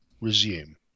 resume